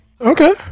Okay